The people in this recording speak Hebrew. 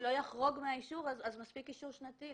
לא יחרוג מן האישור אז מספיק אישור שנתי.